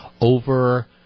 over